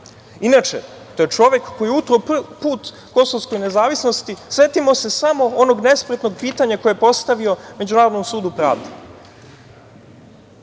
vara. Inače, to je čovek koji je utro put kosovskoj nezavisnosti. Setimo se samo onog nespretnog pitanja koje je postavio Međunarodnom sudu pravde.